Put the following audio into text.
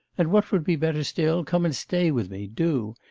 and what would be better still, come and stay with me, do.